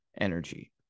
energy